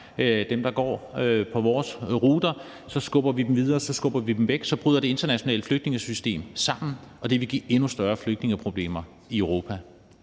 dem, der går på deres ruter, og så skubber de dem videre, og så skubber de dem væk. Så bryder det internationale flygtningesystem sammen, og det vil give endnu større flygtningeproblemer i Europa.